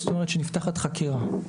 זאת אומרת שנפתחת חקירה.